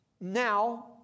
Now